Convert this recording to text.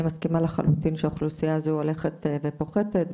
אני מסכימה לחלוטין שהאוכלוסיה הזו הולכת ופוחתת,